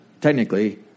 technically